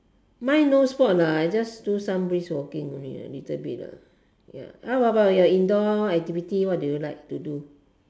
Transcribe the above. mine no sport lah I just do some brisk walking a little bit ya what about your indoor activity what do you like to do